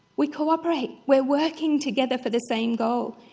we cooperate, we are working together for the same goal.